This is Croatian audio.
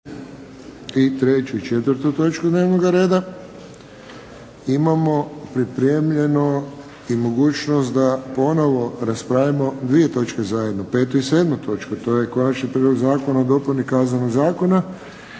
**Friščić, Josip (HSS)** Imamo pripremljeno i mogućnost da ponovo raspravimo dvije točke zajedno, 5. i 7. točku. To je Konačni prijedlog zakona o dopuni Kaznenog zakona